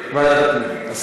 ועדת הפנים.